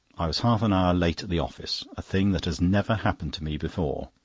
i was half-an-hour late at the office, a thing that has never happened to me before.